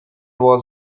was